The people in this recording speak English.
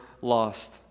lost